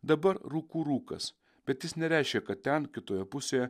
dabar rūkų rūkas bet jis nereiškia kad ten kitoje pusėje